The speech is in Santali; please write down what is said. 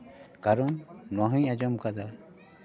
ᱠᱟᱨᱚᱱ ᱱᱚᱣᱟ ᱦᱚᱸᱧ ᱟᱸᱡᱚᱢ ᱟᱠᱟᱫᱟ